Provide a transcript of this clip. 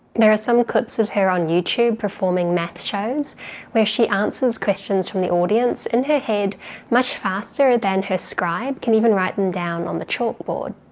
there are some clips of her on youtube performing math shows where she answers questions from the audience in her head much faster than her scribe can even write them and down on the chalkboard.